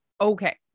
Okay